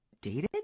dated